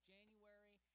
January